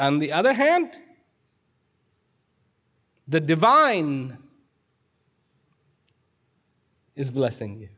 and the other hand the divine is blessing